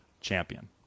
champion